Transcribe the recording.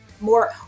more